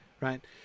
right